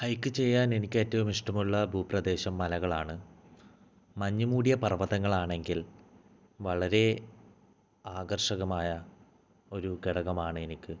hike ചെയ്യാൻ എനിക്ക് ഏറ്റവും ഇഷ്ടമുള്ള ഭൂപ്രദേശം മലകളാണ് മഞ്ഞു മൂടിയ പർവ്വതങ്ങളാണെങ്കിൽ വളരെ ആകർഷകമായ ഒരു ഘടകമാണെനിക്ക്